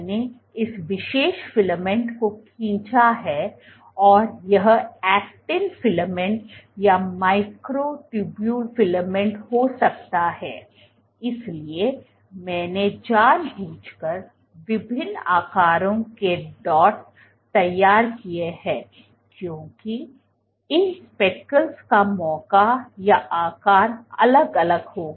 मैंने इस विशेष फिलामेंट को खींचा है और यह ऐक्टिन फिलामेंट या माइक्रोट्यूबुल फिलामेंट हो सकता है इसलिए मैंने जानबूझकर विभिन्न आकारों के डॉट्स तैयार किए हैं क्योंकि इन स्पेकलस का मौका या आकार अलग अलग होगा